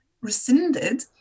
rescinded